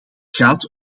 gaat